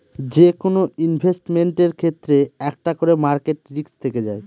যেকোনো ইনভেস্টমেন্টের ক্ষেত্রে একটা করে মার্কেট রিস্ক থেকে যায়